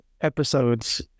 episodes